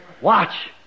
Watch